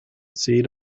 seat